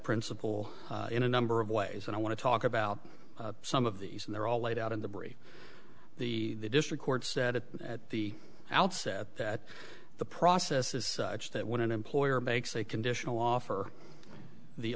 principle in a number of ways and i want to talk about some of these and they're all laid out in the bri the district court said it at the outset that the process is that when an employer makes a conditional offer the